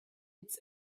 its